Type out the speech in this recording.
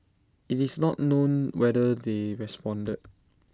IT is not known whether they responded